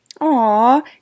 Aw